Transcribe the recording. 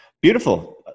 Beautiful